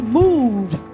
moved